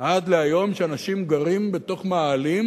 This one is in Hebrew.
עד להיום, שאנשים גרים במאהלים